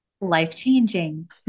Life-changing